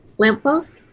Lamppost